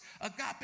Agape